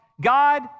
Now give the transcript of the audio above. God